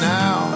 now